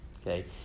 okay